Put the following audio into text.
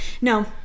no